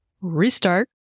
Restart